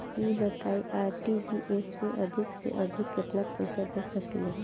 ई बताईं आर.टी.जी.एस से अधिक से अधिक केतना पइसा भेज सकिले?